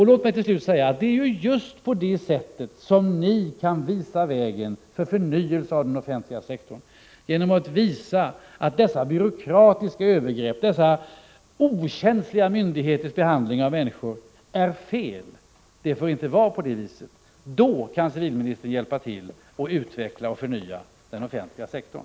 : Låt mig till slut säga att det är genom att visa att dessa byråkratiska övergrepp, dessa okänsliga myndigheters behandling av människor är fel, och genom att säga att det inte får vara på det sättet som ni kan visa vägen för förnyelse av den offentliga sektorn. Då kan civilministern hjälpa till att utveckla och förnya den offentliga sektorn.